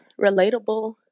relatable